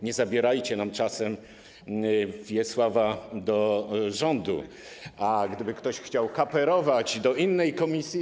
Nie zabierajcie nam czasem Wiesława do rządu, a gdyby ktoś chciał kaperować do innej komisji.